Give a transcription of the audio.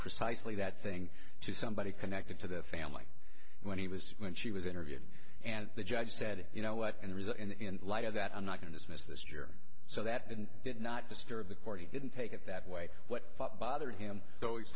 precisely that thing to somebody connected to the family when he was when she was interviewed and the judge said you know what and result in light of that i'm not going to miss this year so that didn't did not disturb the court he didn't take it that way what bothered him